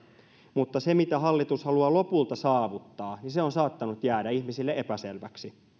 mutta se mitä hallitus haluaa lopulta saavuttaa on saattanut jäädä ihmisille epäselväksi